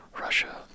Russia